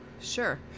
Sure